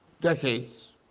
decades